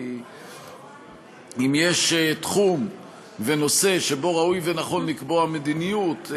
כי אם יש תחום ונושא שבו ראוי ונכון לקבוע מדיניות,